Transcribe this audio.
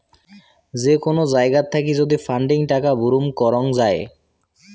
যে কোন জায়গাত থাকি যদি ফান্ডিং টাকা বুরুম করং যাই